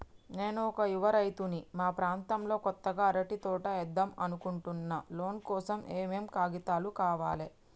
నేను ఒక యువ రైతుని మా ప్రాంతంలో కొత్తగా అరటి తోట ఏద్దం అనుకుంటున్నా లోన్ కోసం ఏం ఏం కాగితాలు కావాలే?